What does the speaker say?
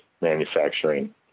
manufacturing